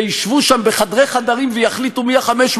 וישבו שם בחדרי חדרים ויחליטו מי ה-500